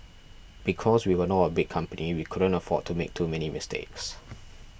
because we were not a big company we couldn't afford to make too many mistakes